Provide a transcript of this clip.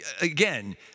again